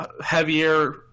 heavier